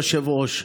היושב-ראש,